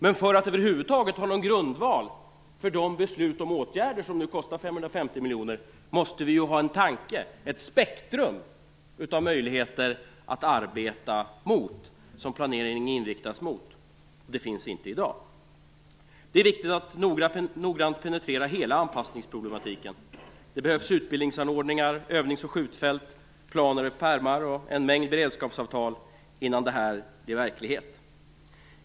Men för att över huvud taget ha någon grundval för de beslut om åtgärder som nu kostar 550 miljoner måste vi ju ha en tanke och ett spektrum av möjligheter att arbeta mot och som planeringen inriktas mot. Det finns inte i dag. Det är viktigt att noggrant penetrera hela anpassningsproblematiken. Det behövs utbildningsanordningar, övnings och skjutfält, planer i pärmar och en mängd beredskapsavtal innan det här blir verklighet.